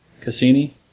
Cassini